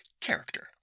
character